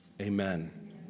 Amen